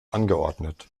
angeordnet